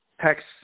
tax